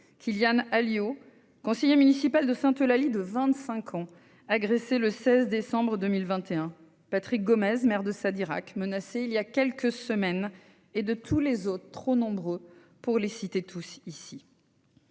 Kilian Alliot, conseiller municipal de Sainte-Eulalie âgé de 25 ans, agressé le 16 décembre 2021 ; Patrick Gomez, maire de Sadirac, menacé voilà quelques semaines ; et tous les autres, trop nombreux pour que je les cite ici.